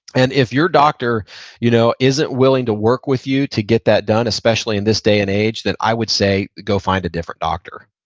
and if your doctor you know isn't willing to work with you to get that done, especially in this day and age, then i would say go find a different doctor.